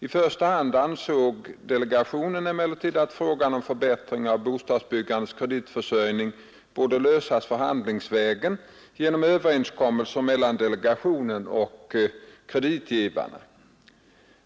I första hand ansåg delegationen emellertid att frågan om förbättring av bostadsbyggandets kreditförsörjning borde lösas förhandlingsvägen genom överenskommelser mellan delegationen och kreditgivarna.